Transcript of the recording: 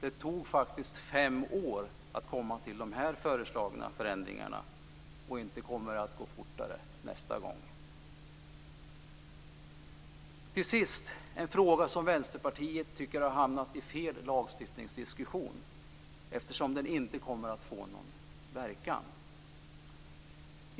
Det tog faktiskt fem år att komma fram till de här föreslagna förändringarna, och inte kommer det att gå fortare nästa gång. Till sist vill jag ta upp en fråga som Vänsterpartiet tycker har hamnat i fel lagstiftningsdiskussion eftersom den inte kommer att få någon verkan.